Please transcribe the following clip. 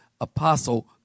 apostle